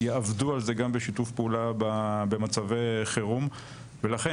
יעבדו על זה גם בשיתוף פעולה במצבי חירום ולכן